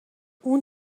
اون